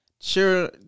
Sure